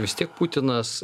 vis tiek putinas